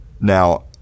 Now